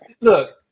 look